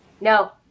No